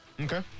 Okay